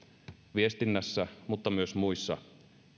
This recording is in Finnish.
viestinnässä mutta myös muissa